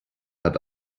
hat